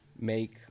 Make